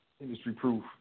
industry-proof